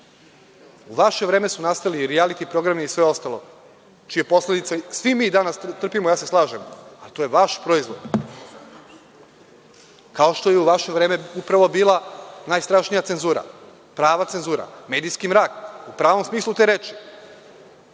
U vaše vreme su nastali rijaliti programi i sve ostalo, čije posledice svi mi danas trpimo, ja se slažem, ali to je vaš proizvod. Kao što je u vaše vreme upravo bila najstrašnija cenzura, prava cenzura, medijski mrak, u pravom smislu te reči.